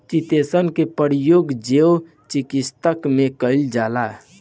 chitosan के प्रयोग जैव चिकित्सा में कईल जाला